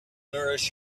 nourish